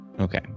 okay